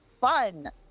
fun